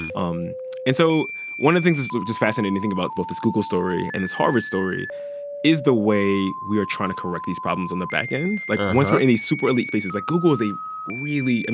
um and so one of the things that's sort of just fascinating to think about both this google story and this harvard story is the way we are trying to correct these problems on the back end, like, once we're in these super-elite spaces. like, google is a really i